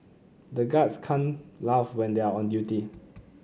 the guards can't laugh when they are on duty